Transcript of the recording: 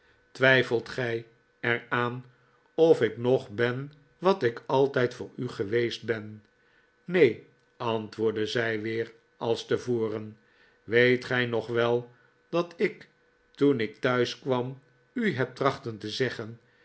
twijfelt gij er aan of ik nog ben wat ik altijd voor u geweest ben neen antwoordde zij weer als tevoren weet gij nog wel dat ik toen ik thuis kwam u heb trachten te zeggen